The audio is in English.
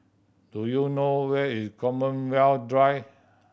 do you know where is Common Where Drive